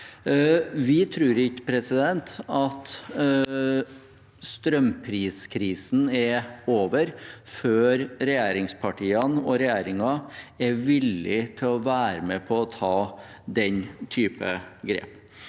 Vi tror ikke at strømpriskrisen er over før regjeringspartiene og regjeringen er villig til å være med på å ta den typen grep.